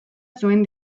zuen